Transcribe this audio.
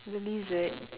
the lizard